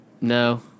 No